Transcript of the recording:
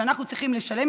כשאנחנו צריכים לשלם,